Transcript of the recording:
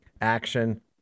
action